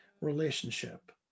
relationship